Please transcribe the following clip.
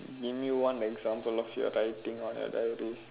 give me one example of your writing on a diary